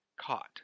caught